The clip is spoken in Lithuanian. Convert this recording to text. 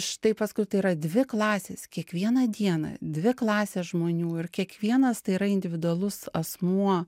štai paskui tai yra dvi klasės kiekvieną dieną dvi klasės žmonių ir kiekvienas tai yra individualus asmuo